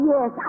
Yes